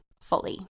fully